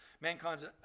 Mankind's